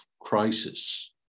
crisis